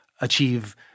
achieve